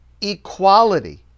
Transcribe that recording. equality